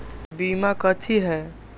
बीमा कथी है?